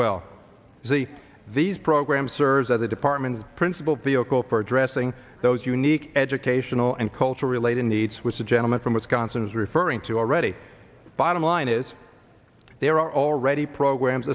well as the these programs serves as the department of principal vehicle for addressing those unique educational and cultural related needs which the gentleman from wisconsin is referring to already bottom line is there are already programs